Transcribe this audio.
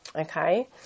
Okay